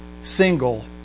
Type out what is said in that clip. single